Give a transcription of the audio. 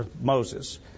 Moses